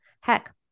Heck